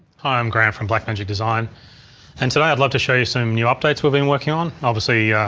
hi i'm grant from blackmagic design and today i'd love to show you some new updates we've been working on. obviously,